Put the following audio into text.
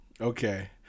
okay